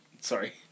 sorry